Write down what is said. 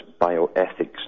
bioethics